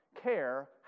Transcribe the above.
care